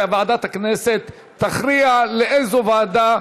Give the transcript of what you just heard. ועדת הכנסת תכריע לאיזו ועדה יועבר,